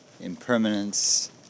impermanence